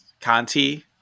conti